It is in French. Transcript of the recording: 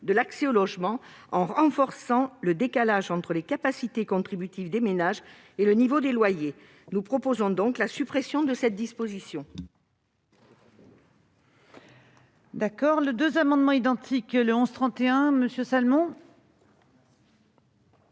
de l'accès au logement en renforçant le décalage entre les capacités contributives des ménages et le niveau des loyers. Nous proposons donc la suppression de cette disposition.